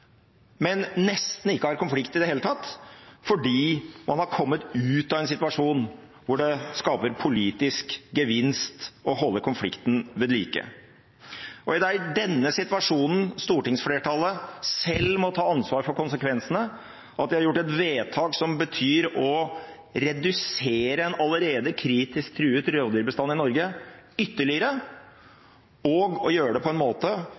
men det er nesten ikke konflikt rundt dem i det hele tatt – fordi man har kommet ut av en situasjon hvor det skaper politisk gevinst å holde konflikten ved like. Det er i denne situasjonen stortingsflertallet selv må ta ansvar for konsekvensene av at vi har gjort et vedtak som betyr å redusere en allerede kritisk truet rovdyrbestand i Norge ytterligere og å gjøre det på en måte